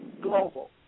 Global